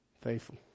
Faithful